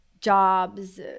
jobs